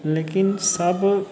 लेकिन सब